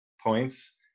points